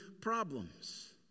problems